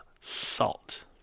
salt